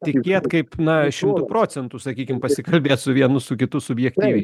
tikėt kaip na šimtu procentų sakykim pasikalbėt su vienu su kitu subjektyviai